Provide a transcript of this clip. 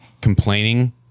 complaining